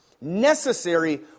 Necessary